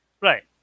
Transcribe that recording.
Right